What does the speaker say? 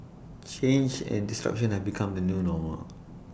change and disruption have become the new normal